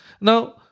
Now